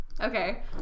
Okay